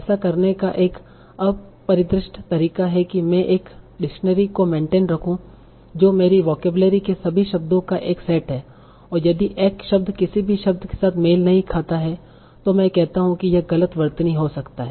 ऐसा करने का एक अपरिष्कृत तरीका है कि मैं एक डिक्शनरी को मेन्टेन रखूं जो मेरी वोकेबलरी के सभी शब्दों का एक सेट है और यदि x शब्द किसी भी शब्द के साथ मेल नहीं खाता है मैं कहता हूं कि यह गलत वर्तनी हो सकती है